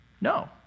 No